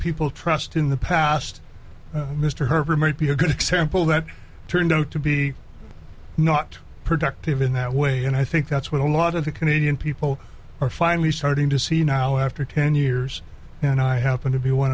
people trust in the past mr herbert might be a good example that turned out to be not productive in that way and i think that's what a lot of the canadian people are finally starting to see now after ten years and i happen to be one